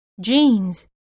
Jeans